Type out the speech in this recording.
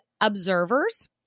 observers